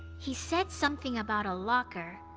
he said something about a locker.